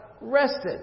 rested